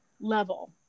level